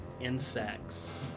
insects